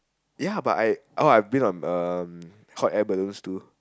ya but I oh I have been on the hot air balloon stool